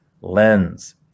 lens